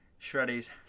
shreddies